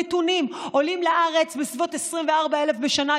נתונים: עולים לארץ בסביבות 24,000 בשנה,